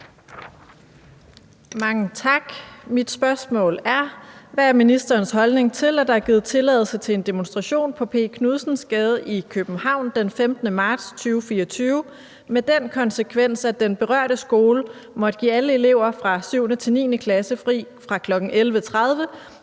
Mange tak. Mit spørgsmål er: Hvad er ministerens holdning til, at der er givet tilladelse til en demonstration på P. Knudsens Gade i København den 15. marts 2024 med den konsekvens, at den berørte skole måtte give alle elever fra 7. til 9. klasse fri fra kl. 11.30